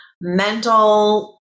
mental